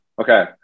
Okay